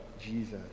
Jesus